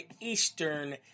Eastern